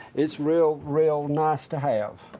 it's real, real nice to have.